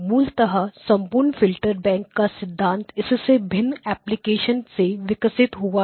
मूलतः संपूर्ण filter bank का सिद्धांत इसके विभिन्न एप्लीकेशन से विकसित हुआ है